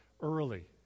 early